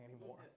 anymore